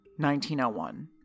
1901